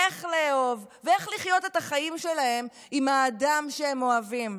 איך לאהוב ואיך לחיות את החיים שלהם עם האדם שהם אוהבים.